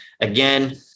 again